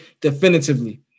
definitively